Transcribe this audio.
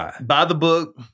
by-the-book